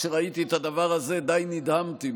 כשראיתי את הדבר הזה די נדהמתי,